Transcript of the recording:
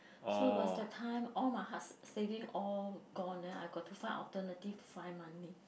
so it was that time all my hard s~ savings all gone then I got to find alternative find money